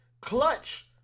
Clutch